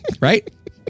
Right